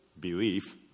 belief